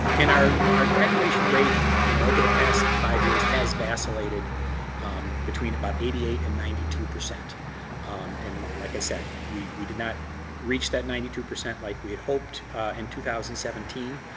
and our our graduation rate you know over the past five years has vacillated between about eighty eight and ninety two percent and like i said, we we did not reach that ninety two percent like we had hoped in two thousand and seventeen.